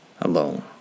alone